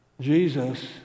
Jesus